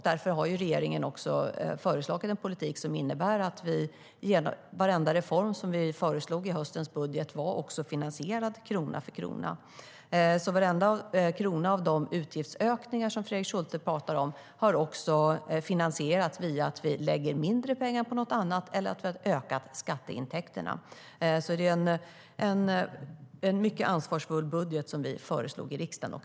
Därför har regeringen föreslagit en politik. Varenda reform som vi föreslog i höstens budget var finansierad krona för krona. Varenda en av de utgiftsökningar som Fredrik Schulte pratar om har alltså finansierats via att vi lägger mindre pengar på något annat eller att vi har ökat skatteintäkterna. Det var alltså en mycket ansvarsfull budget som vi föreslog i riksdagen.